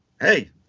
hey